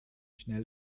schnell